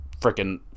freaking